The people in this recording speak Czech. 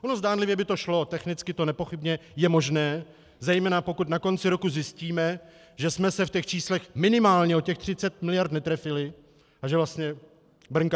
Ono zdánlivě by to šlo, technicky to nepochybně je možné, zejména pokud na konci roku zjistíme, že jsme se v těch číslech minimálně o 30 mld. netrefili a že vlastně brnkačka.